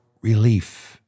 relief